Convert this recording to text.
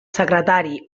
secretari